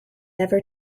ever